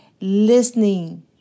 listening